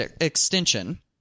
extension